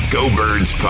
Go-Birds